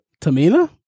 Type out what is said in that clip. Tamina